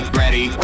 ready